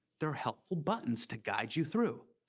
there are helpful buttons to guide you through.